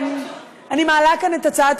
גברתי.